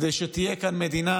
כדי שתהיה כאן מדינה